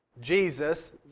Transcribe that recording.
Jesus